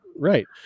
Right